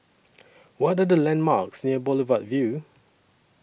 What Are The landmarks near Boulevard Vue